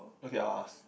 okay I'll ask